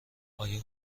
آیا